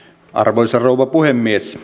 arvoisa rouva puhemies